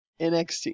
NXT